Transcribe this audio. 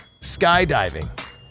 skydiving